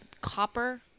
Copper